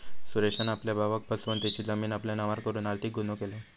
सुरेशान आपल्या भावाक फसवन तेची जमीन आपल्या नावार करून आर्थिक गुन्हो केल्यान